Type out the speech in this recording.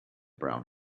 brown